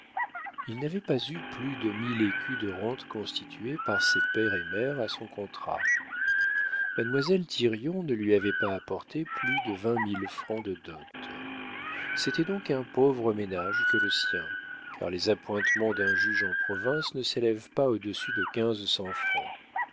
il n'avait pas eu plus de mille écus de rente constitués par ses père et mère à son contrat mademoiselle thirion ne lui avait pas apporté plus de vingt mille francs de dot c'était donc un pauvre ménage que le sien car les appointements d'un juge en province ne s'élèvent pas au-dessus de quinze cents francs